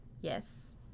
Yes